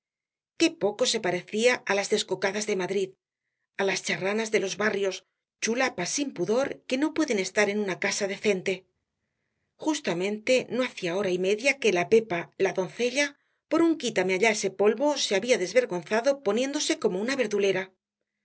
qué poco se parecía á las descocadas de madrid á las charranas de los barrios chulapas sin pudor que no pueden estar en una casa decente justamente no hacía hora y media que la pepa la doncella por un quítame allá ese polvo se había desvergonzado poniéndose como una verdulera